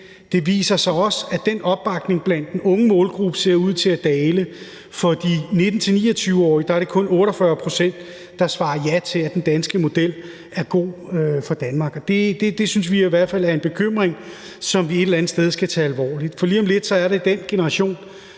det viser sig også, at den opbakning ser ud til at dale i den unge målgruppe. For de 19-29-årige er det kun 48 pct., der svarer ja til, at den danske model er god for Danmark, og det synes vi i hvert fald er en bekymring og noget, vi et eller andet sted skal tage alvorligt, fordi lige om lidt er det den generation,